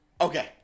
Okay